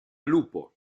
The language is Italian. lupo